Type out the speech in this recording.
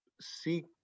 seek